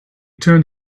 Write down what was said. turned